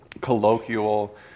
colloquial